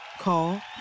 Call